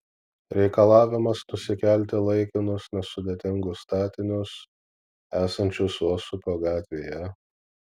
reikalavimas nusikelti laikinus nesudėtingus statinius esančius uosupio gatvėje